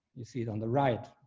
you see it on the right,